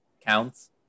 counts